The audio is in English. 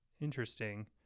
interesting